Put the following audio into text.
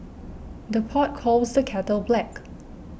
the pot calls the kettle black